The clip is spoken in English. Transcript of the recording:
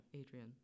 Adrian